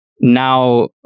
now